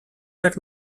jak